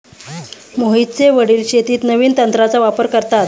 मोहितचे वडील शेतीत नवीन तंत्राचा वापर करतात